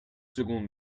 secondes